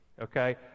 okay